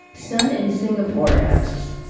sun in singapore asks,